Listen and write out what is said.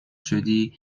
شدی